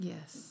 Yes